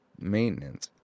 maintenance